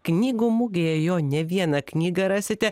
knygų mugėje jo ne vieną knygą rasite